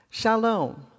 Shalom